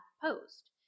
post